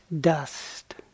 dust